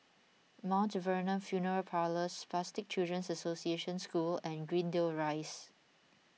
Mount Vernon funeral Parlours Spastic Children's Association School and Greendale Rise